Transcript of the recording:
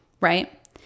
Right